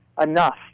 enough